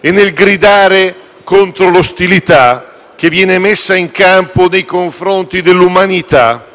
e nel gridare contro l'ostilità che viene messa in campo nei confronti dell'umanità.